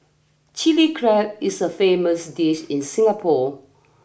chilli crab is a famous dish in Singapore